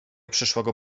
przyszłego